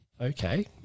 Okay